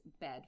bed